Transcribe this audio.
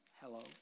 Hello